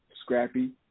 Scrappy